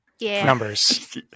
Numbers